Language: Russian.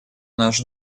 наш